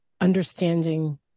understanding